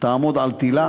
תעמוד על תלה,